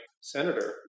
senator